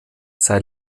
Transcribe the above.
sei